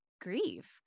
grieve